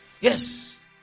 Yes